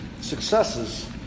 successes